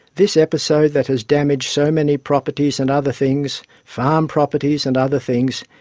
this episode that has damaged so many properties and other things, farm properties and other things,